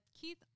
Keith